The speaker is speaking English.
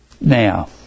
Now